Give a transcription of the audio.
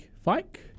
Fike